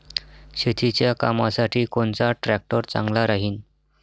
शेतीच्या कामासाठी कोनचा ट्रॅक्टर चांगला राहीन?